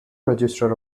register